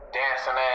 dancing